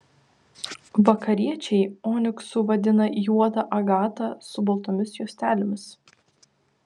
vakariečiai oniksu vadina juodą agatą su baltomis juostelėmis